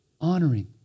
honoring